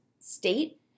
state